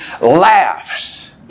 laughs